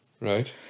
Right